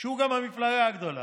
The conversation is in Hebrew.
שהוא גם המפלגה הגדולה,